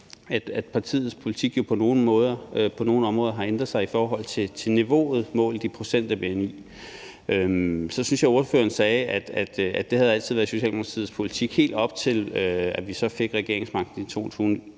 at partiets politik jo på nogle områder har ændret sig i forhold til niveauet målt i procent af bni. Så synes jeg, ordføreren sagde, at det altid havde været Socialdemokratiets politik, helt op til at vi så fik regeringsmagten i 2019.